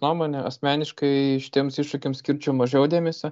nuomonę asmeniškai šitiems iššūkiams skirčiau mažiau dėmesio